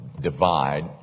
divide